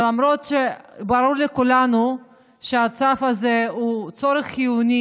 ולמרות שברור לכולנו שהצו הזה הוא צורך חיוני